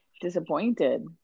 disappointed